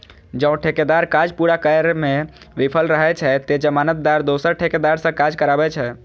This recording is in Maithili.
जौं ठेकेदार काज पूरा करै मे विफल रहै छै, ते जमानतदार दोसर ठेकेदार सं काज कराबै छै